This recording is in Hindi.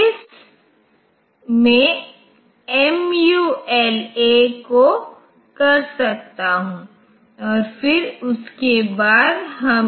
तो 2 पावर 26 मेमोरी स्थानों की आवश्यकता होगी और यह एक बड़ी संख्या है